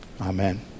Amen